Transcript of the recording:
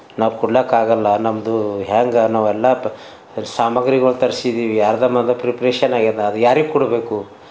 ನಾವು ಕೊಡ್ಲಿಕ್ಕೆ ಆಗಲ್ಲ ನಮ್ಮದು ಹ್ಯಾಂಗ ನಾವೆಲ್ಲ ಸಾಮಾಗ್ರಿಗಳು ತರ್ಸಿದ್ದೀವಿ ಅರ್ಧಂಬರ್ಧ ಪ್ರಿಪ್ರೇಷನ್ ಆಗ್ಯದ ಅದು ಯಾರಿಗೆ ಕೊಡಬೇಕು